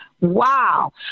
Wow